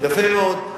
יפה מאוד.